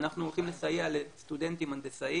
אנחנו הולכים לסייע לסטודנטים הנדסאים,